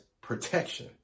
protection